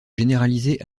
généraliser